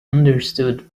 understood